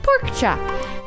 Porkchop